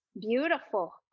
beautiful